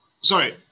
sorry